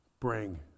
bring